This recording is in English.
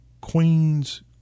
queens